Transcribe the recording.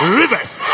rivers